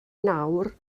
nawr